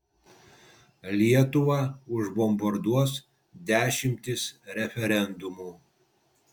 lietuvą užbombarduos dešimtys referendumų